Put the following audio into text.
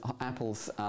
Apple's